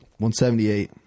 178